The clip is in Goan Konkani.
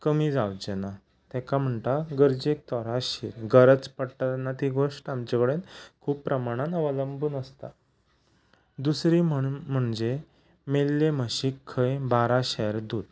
कमी जावचें ना ताका म्हणटात गरजेक तोरा शीर गरज पडटा तेन्ना ती गोश्ट आमचे कडेन खूब प्रमाणान अवलंबून आसता दुसरी म्हण म्हणजे मेल्ले म्हशीक खंय बारा शेर दूद